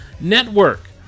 Network